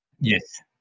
Yes